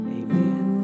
amen